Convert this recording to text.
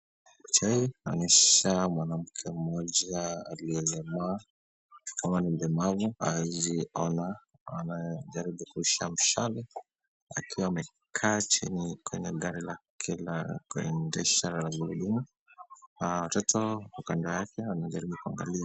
Picha hii inaonyesha mwanamke mmoja aliyelemaa ama ni mlemavu haeziona. Anajaribu kurusha mshale akiwa amekaa chini kwenye gari lake la kuendesha la gurudumu na watoto wako kando yake wanajaribu kuangalia.